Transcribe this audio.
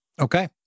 Okay